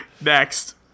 Next